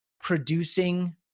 producing